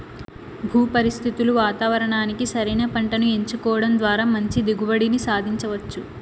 భూ పరిస్థితులు వాతావరణానికి సరైన పంటను ఎంచుకోవడం ద్వారా మంచి దిగుబడిని సాధించవచ్చు